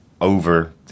over